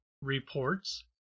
reports